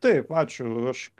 taip ačiū už